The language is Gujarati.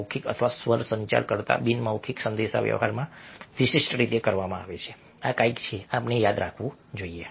મૌખિક અથવા સ્વર સંચાર કરતાં બિનમૌખિક સંદેશાવ્યવહારમાં વિશિષ્ટ રીતે કરવામાં આવે છે આ કંઈક છે આપણે યાદ રાખવું જોઈએ